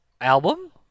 Album